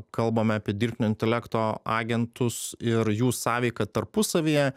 kalbame apie dirbtinio intelekto agentus ir jų sąveiką tarpusavyje